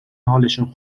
حالشون